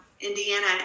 Indiana